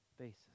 basis